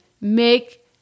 make